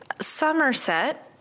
Somerset